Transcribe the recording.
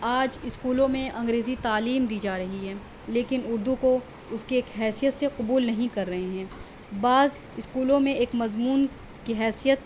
آج اسکولوں میں انگریزی تعیلیم دی جا رہی ہے لیکن اردو کو اس کی ایک حیثیت سے قبول نہیں کر رہے ہیں بعص اسکولوں میں ایک مضمون کی حیثیت